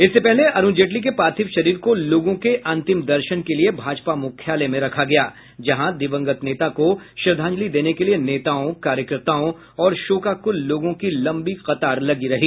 इससे पहले अरूण जेटली के पार्थिव शरीर को लोगों के अंतिम दर्शन के लिए भाजपा मुख्यालय में रखा गया जहां दिवंगत नेता को श्रद्वांजलि देने के लिए नेताओं कार्यकर्ताओं और शोकाकुल लोगों की लंबी कतार लगी रही